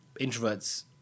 introverts